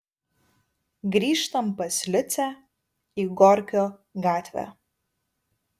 grįžtam pas liucę į gorkio gatvę